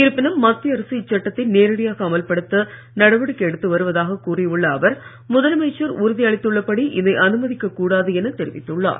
இருப்பினும் மத்திய அரசு இச்சட்டத்தை நேரடியாக அமல்படத்த நடவடிக்கை எடுத்து வருவதாக கூறியுள்ள அவர் முதலமைச்சர் உறுதி அளித்துள்ளபடி இதை அனுமதிக்க கூடாது என தெரிவித்துள்ளார்